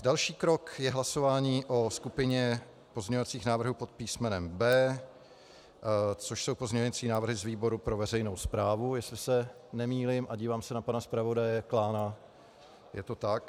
Další krok je hlasování o skupině pozměňovacích návrhů pod písmenem B, což jsou pozměňovací návrhy z výboru pro veřejnou správu, jestli se nemýlím a dívám se na pana zpravodaje Klána, je to tak.